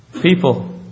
People